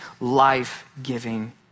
life-giving